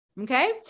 Okay